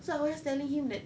so I was telling him that